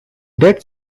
dead